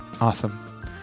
awesome